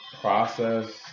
process